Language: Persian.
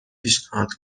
پیشنهاد